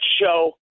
show